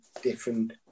different